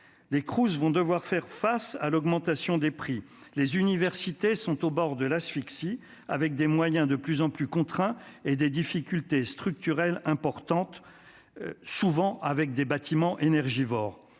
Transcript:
(Crous) devront faire face à l'augmentation des prix. Les universités sont au bord de l'asphyxie, avec des moyens de plus en plus contraints et des difficultés structurelles importantes, et souvent des bâtiments énergivores.